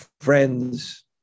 friends